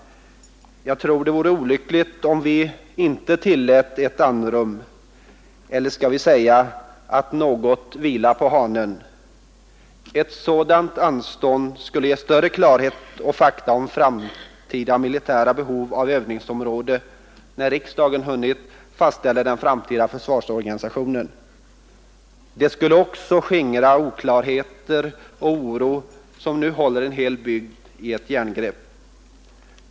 Jag tror att det vore olyckligt om vi inte tillät ett andrum, eller skall vi kalla det att vi ”något vilar på hanen”. Ett sådant anstånd skulle göra det möjligt för oss att — när riksdagen hunnit fastställa den framtida försvarsorganisationen — få större klarhet och bättre fakta om framtida behov av militärt övningsområde. Det skulle också skingra den oklarhet och oro som nu håller en hel bygd i ett järngrepp.